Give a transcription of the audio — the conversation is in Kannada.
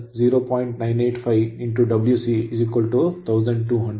985 Wc 1200 ಇದನ್ನು ಸಮೀಕರಣ 1 ರಲ್ಲಿ ಬಳಸಿ